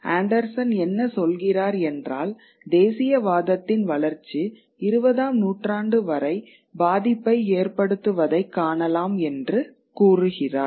Anderson என்ன சொல்கிறார் என்றால் தேசியவாதத்தின் வளர்ச்சி 20 ஆம் நூற்றாண்டு வரை பாதிப்பை ஏற்படுத்துவதைக் காணலாம் என்று கூறுகிறார்